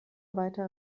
weiter